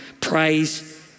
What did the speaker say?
praise